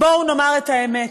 בואו נאמר את האמת,